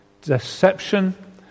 deception